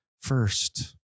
first